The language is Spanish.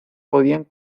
podían